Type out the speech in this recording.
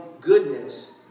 goodness